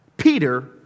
Peter